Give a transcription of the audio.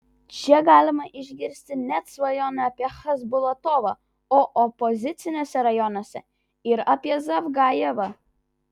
čia galima išgirsti net svajonių apie chasbulatovą o opoziciniuose rajonuose ir apie zavgajevą